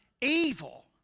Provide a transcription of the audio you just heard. evil